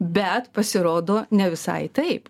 bet pasirodo ne visai taip